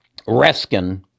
Reskin